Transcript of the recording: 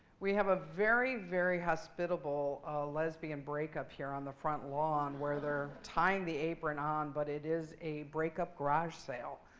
we have a very, very hospitable lesbian break up here on the front lawn where they're tying the apron on, but it is a break up garage sale.